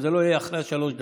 שיגר מכתב גם לראש הממשלה,